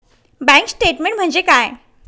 Bank statement म्हणजे काय?